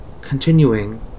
continuing